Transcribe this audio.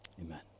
Amen